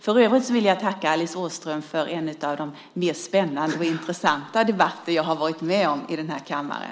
För övrigt vill jag tacka Alice Åström för en av de mer spännande och intressanta debatter jag har varit med om i den här kammaren.